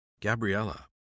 Gabriella